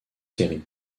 séries